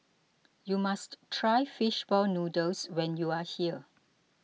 you must try Fish Ball Noodles when you are here